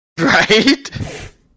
Right